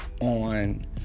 on